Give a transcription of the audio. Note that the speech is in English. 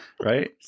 Right